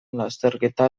lasterketa